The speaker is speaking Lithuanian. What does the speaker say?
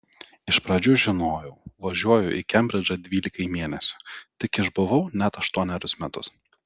iš pradžių žinojau važiuoju į kembridžą dvylikai mėnesių tik išbuvau net aštuonerius metus